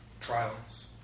trials